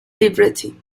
libretti